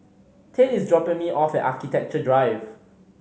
tate is dropping me off at Architecture Drive